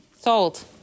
Sold